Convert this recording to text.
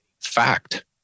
fact